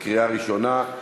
בקריאה ראשונה.